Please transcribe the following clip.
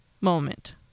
moment